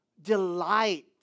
Delight